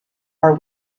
are